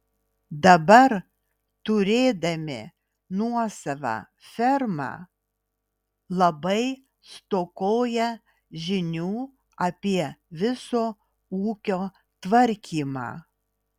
dabar turėdami nuosavą fermą labai stokoja žinių apie viso ūkio tvarkymą